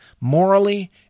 morally